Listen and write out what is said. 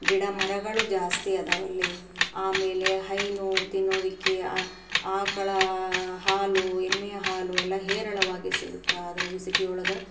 ಗಿಡ ಮರಗಳು ಜಾಸ್ತಿ ಇದಾವಲ್ಲಿ ಆಮೇಲೆ ಹೈನು ತಿನ್ನುವುದಕ್ಕೆ ಆ ಆಕಳ ಹಾಲು ಎಮ್ಮೆಯ ಹಾಲು ಎಲ್ಲ ಹೇರಳವಾಗಿ ಸಿಗುತ್ತೆ ಆದ್ರೆ ಈ ಸಿಟಿ ಒಳಗೆ